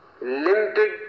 limited